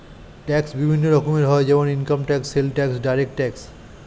tax বিভিন্ন রকমের হয় যেমন income tax, sales tax, direct tax